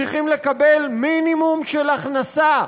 צריכים לקבל מינימום של הכנסה,